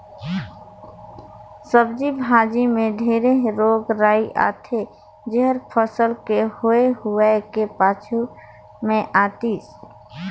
सब्जी भाजी मे ढेरे रोग राई आथे जेहर फसल के होए हुवाए के पाछू मे आतिस